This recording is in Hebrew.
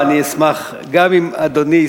ואני אשמח גם אם אדוני,